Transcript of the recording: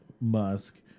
Musk